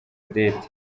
odette